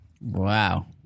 wow